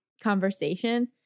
conversation